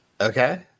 Okay